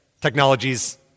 technologies